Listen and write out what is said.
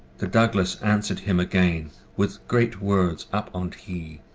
the douglas answered him again, with great words up on hee,